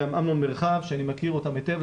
גם אמנון מרחב שאני מכיר אותם היטב.